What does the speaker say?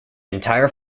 entire